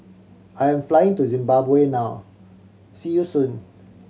I am flying to Zimbabwe now see you soon